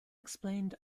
explained